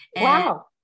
Wow